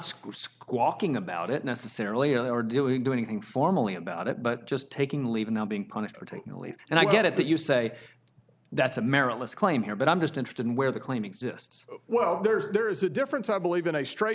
squawking about it necessarily or doing do anything formally about it but just taking leave now being punished for taking leave and i get it that you say that's a merit list claim here but i'm just interested in where the claim exists well there's a difference i believe in a straight